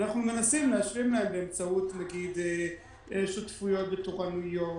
אנחנו מנסים להשלים להם באמצעות שותפויות בתורנויות,